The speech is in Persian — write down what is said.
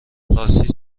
راستی